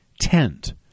tent